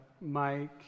Mike